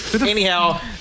Anyhow